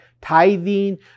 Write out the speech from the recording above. Tithing